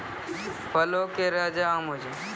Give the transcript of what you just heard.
फलो के राजा आम होय छै